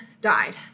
died